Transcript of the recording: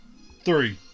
three